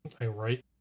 Right